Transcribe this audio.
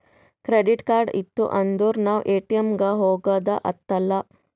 credit card ಇತ್ತು ಅಂದುರ್ ನಾವ್ ಎ.ಟಿ.ಎಮ್ ಗ ಹೋಗದ ಹತ್ತಲಾ